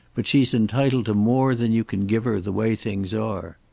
but she's entitled to more than you can give her, the way things are.